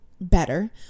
better